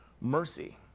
mercy